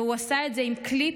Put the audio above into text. והוא עשה את זה עם קליפ,